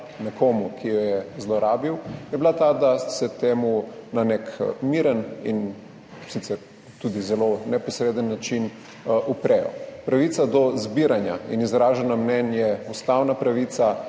nekomu, ki jo je zlorabil, je bila ta, da se temu na nek miren, sicer tudi zelo neposreden, način uprejo. Pravica do zbiranja in izražanja mnenj je ustavna pravica.